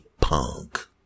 punk